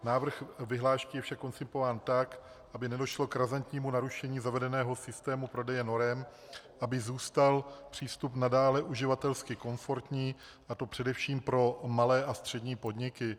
Návrh vyhlášky je však koncipován tak, aby nedošlo k razantnímu narušení zavedeného systému prodeje norem, aby zůstal přístup nadále uživatelsky komfortní, a to především pro malé a střední podniky.